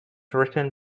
written